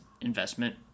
investment